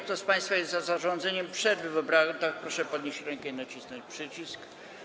Kto z państwa jest za zarządzeniem przerwy w obradach, proszę podnieść rękę i nacisnąć przycisk.